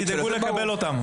תדאגו לקבל אותם.